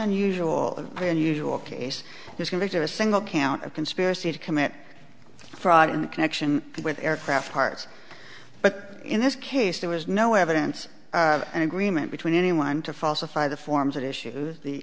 unusual unusual case was convicted a single count of conspiracy to commit fraud in connection with aircraft parts but in this case there was no evidence of an agreement between anyone to falsify the forms that issues the